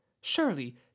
Surely